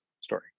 story